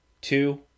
two